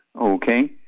Okay